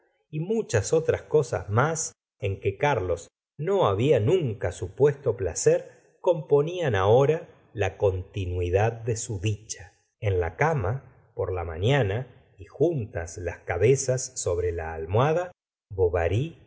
y muchas otras cosas mas en que carlos no había nunca supuesto placer componían ahora la continuidad de su dicha la señora de bovary en la cama por la mañana y juntas las cabezas sobre la almohada bovary